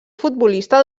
futbolista